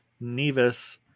nevis